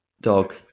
Dog